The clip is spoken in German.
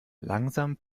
langsam